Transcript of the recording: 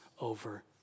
over